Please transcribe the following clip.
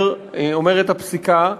אומרת הפסיקה,